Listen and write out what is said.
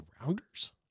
Rounders